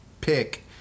pick